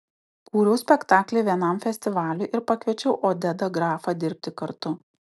kūriau spektaklį vienam festivaliui ir pakviečiau odedą grafą dirbti kartu